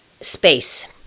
space